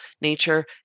nature